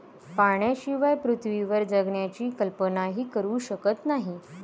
पाण्याशिवाय पृथ्वीवर जगण्याची कल्पनाही करू शकत नाही